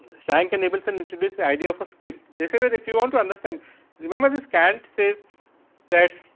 schank and abelson introduce idea of a script. this is if you on to understand remember this cant says that